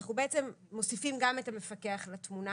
אנחנו בעצם מוסיפים גם את המפקח לתמונה